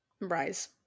Rise